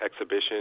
exhibition